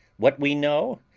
what we know,